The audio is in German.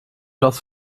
das